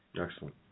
Excellent